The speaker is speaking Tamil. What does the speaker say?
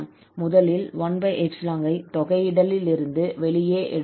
முதலில் 1 ஐ தொகையிடலிலிருந்து வெளியே எடுக்கலாம்